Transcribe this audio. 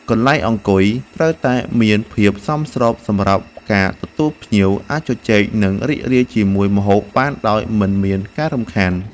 កន្លែងអង្គុយត្រូវតែមានភាពសមស្របសម្រាប់ការទទួលភ្ញៀវ អាចជជែកនិងរីករាយជាមួយម្ហូបបានដោយមិនមានការរំខាន។